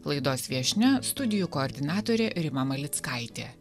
laidos viešnia studijų koordinatorė rima malickaitė